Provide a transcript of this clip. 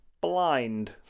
blind